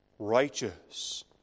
Righteous